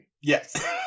yes